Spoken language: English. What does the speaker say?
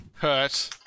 hurt